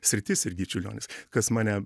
sritis irgi čiurlionis kas mane